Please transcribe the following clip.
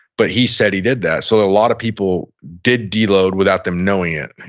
but he said he did that. so a lot of people did deload without them knowing it.